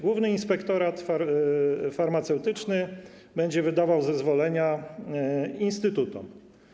Główny Inspektorat Farmaceutyczny będzie wydawał zezwolenia instytutom.